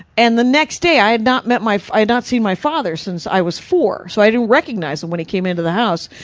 and the next day, i had not met, i had not, seen my father since i was four, so i didn't recognize him when he came into the house.